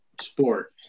sport